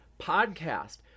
podcast